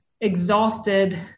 exhausted